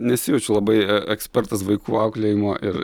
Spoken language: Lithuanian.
nesijaučiu labai e ekspertas vaikų auklėjimo ir